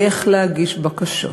איך להגיש בקשות,